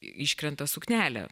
iškrenta suknelė